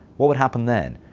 what would happen then?